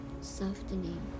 softening